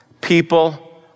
People